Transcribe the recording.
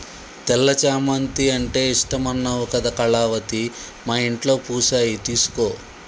తెల్ల చామంతి అంటే ఇష్టమన్నావు కదా కళావతి మా ఇంట్లో పూసాయి తీసుకో